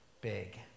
big